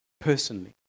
personally